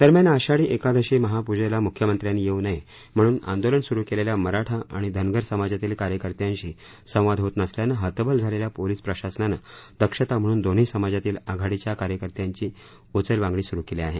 दरम्यान आषाढी एकादशी महापूजेला मुख्यमंत्र्यांनी येऊ नये म्हणून आंदोलन सुरू केलेल्या मराठा आणि धनगर समाजातील कार्यकर्त्यांशी संवाद होत नसल्यानं हतबल झालेल्या पोलीस प्रशासनानं दक्षता म्हणून दोन्ही समाजातील आघाडीच्या कार्यकर्त्यांची उचलबांगडी सुरू केली आहे